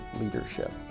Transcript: leadership